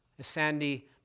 Sandy